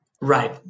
Right